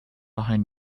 behind